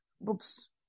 books